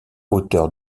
auteur